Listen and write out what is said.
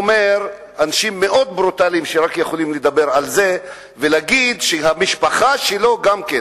רק אנשים מאוד ברוטליים יכולים לדבר על זה ולהגיד שהמשפחה שלו גם כן